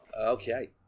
Okay